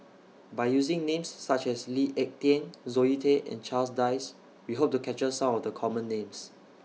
By using Names such as Lee Ek Tieng Zoe Tay and Charles Dyce We Hope to capture Some of The Common Names